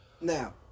Now